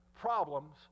problems